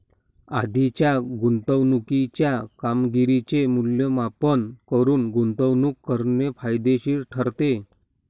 आधीच्या गुंतवणुकीच्या कामगिरीचे मूल्यमापन करून गुंतवणूक करणे फायदेशीर ठरते